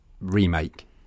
remake